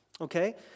okay